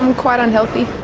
and quite unhealthy.